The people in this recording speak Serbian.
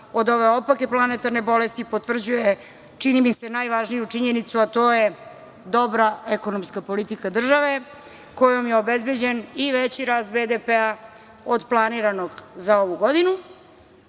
od ove opake planetarne bolesti potvrđuje, čini mi se, najvažniju činjenicu, a to je dobra ekonomska politika države kojom je obezbeđen i veći rast BDP-a od planiranog za ovu godinu.